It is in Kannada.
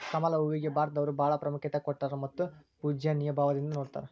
ಕಮಲ ಹೂವಿಗೆ ಭಾರತದವರು ಬಾಳ ಪ್ರಾಮುಖ್ಯತೆ ಕೊಟ್ಟಾರ ಮತ್ತ ಪೂಜ್ಯನಿಯ ಭಾವದಿಂದ ನೊಡತಾರ